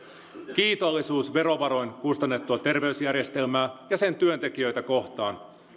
kiitollisuus verovaroin kustannettua terveysjärjestelmäa ja sen työntekijöitä kohtaan